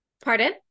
pardon